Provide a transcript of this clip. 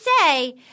say